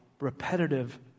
repetitive